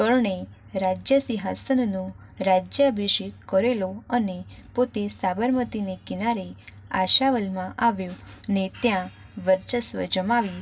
કર્ણએ રાજ્ય સિંહાસનનો રાજ્યાભિષેક કરેલો અને પોતે સાબરમતીને કિનારે આશાવલમાં આવ્યોને ત્યાં વર્ચસ્વ જમાવી